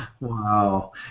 Wow